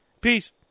peace